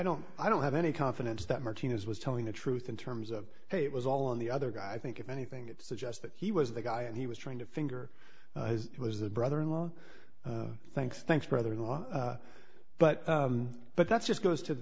don't i don't have any confidence that martinez was telling the truth in terms of hey it was all on the other guy i think if anything it suggests that he was the guy and he was trying to finger it was the brother in law thanks thanks brother but but that's just goes to whe